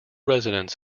residents